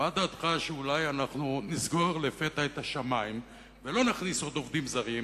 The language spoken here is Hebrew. מה דעתך שאולי אנחנו נסגור לפתע את השמים ולא נכניס עוד עובדים זרים,